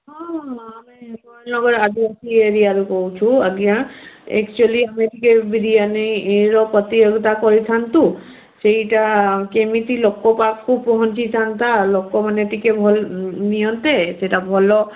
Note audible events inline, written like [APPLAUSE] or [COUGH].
ହଁ ହଁ ଆମେ [UNINTELLIGIBLE] ଆଦିବାସି ଏରିଆରୁ କହୁଛୁ ଆଜ୍ଞା ଏକଚୁଆଲି ଆମେ ଟିକେ ବିରିୟାନିର ପ୍ରତିଯୋଗିତା କରିଥାନ୍ତୁ ସେଇଟା କେମିତି ଲୋକ ପାଖକୁ ପହଞ୍ଚିଥାନ୍ତା ଲୋକମାନେ ଟିକେ ଭଲ ନିଅନ୍ତେ ସେଇଟା ଭଲ